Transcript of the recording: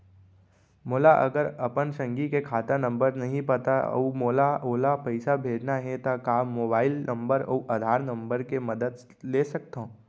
मोला अगर अपन संगी के खाता नंबर नहीं पता अऊ मोला ओला पइसा भेजना हे ता का मोबाईल नंबर अऊ आधार नंबर के मदद ले सकथव?